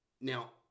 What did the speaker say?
Now